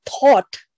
thought